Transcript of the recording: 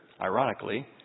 ironically